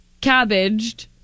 Cabbaged